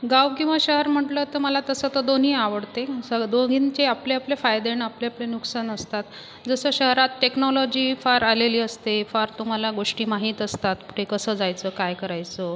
गाव किंवा शहर म्हटलं तर मला तसं तर दोन्ही आवडते स दोघींचे आपलेआपले फायदे आणि आपलेआपले नुकसान असतात जसं शहरात टेक्नॉलॉजी फार आलेली असते फार तुम्हाला गोष्टी माहीत असतात कुठे कसं जायचं काय करायचं